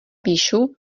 píšu